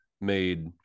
made